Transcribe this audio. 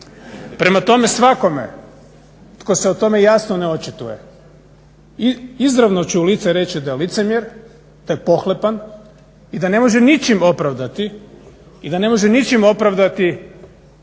Prema tome, svakome tko se o tome jasno ne očituje. Izravno ću u lice reći da je licemjer, da je pohlepan i da ne može ničim opravdati ono što ćemo mi